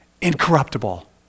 incorruptible